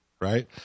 right